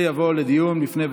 אני מסתכל על הדבר הזה,